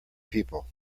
people